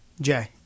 Jay